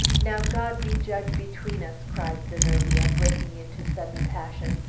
now, god be judge between us, cried zenobia, breaking into sudden passion,